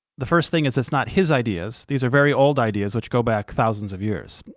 the first thing is it's not his ideas. these are very old ideas which go back thousands of years,